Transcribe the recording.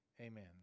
amen